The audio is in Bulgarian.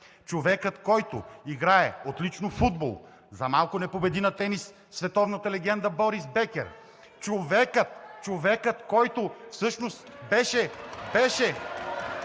Човекът, който играе отлично футбол, за малко не победи на тенис световната легенда Борис Бекер (реплика от ГЕРБ-СДС), човекът, който всъщност беше